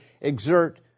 exert